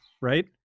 right